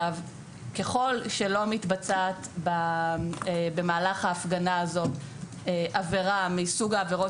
ככל שלא מתבצעת במהלך ההפגנה הזאת עבירה מסוג העבירות